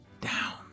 down